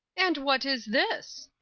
and what is this?